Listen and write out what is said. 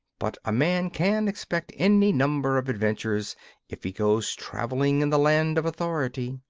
but a man can expect any number of adventures if he goes travelling in the land of authority.